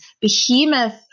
behemoth